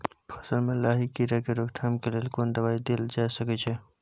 फसल में लाही कीरा के रोकथाम के लेल कोन दवाई देल जा सके छै?